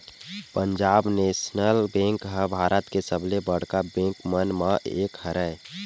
Punjab national bank ह भारत के सबले बड़का बेंक मन म एक हरय